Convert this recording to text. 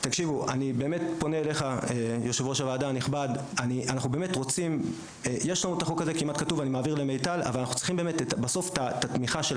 נסיים ונאמר שאנחנו חושבים שהמנגנון הזה יסייע למטה הלאומי